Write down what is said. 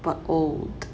but old